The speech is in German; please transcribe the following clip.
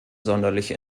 sonderlich